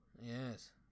Yes